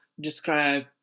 describe